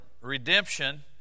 Redemption